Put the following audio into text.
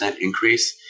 increase